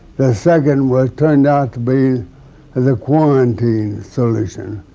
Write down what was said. the second, which turned out to be and the quarantine so they said.